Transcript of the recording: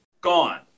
Gone